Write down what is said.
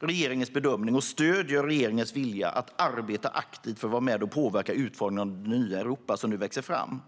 regeringens bedömning och stöder regeringens vilja att arbeta aktivt för att vara med och påverka utformningen av det nya Europa som nu växer fram.